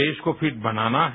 देश को फिट बनाना है